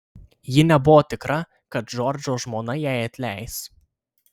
ji nebuvo tikra kad džordžo žmona jai atleis